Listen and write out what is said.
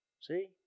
See